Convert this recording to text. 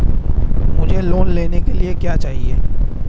मुझे लोन लेने के लिए क्या चाहिए?